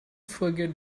forget